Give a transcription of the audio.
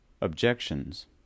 OBJECTIONS